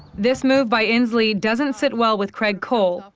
this move by inslee doesn't sit well with craig cole,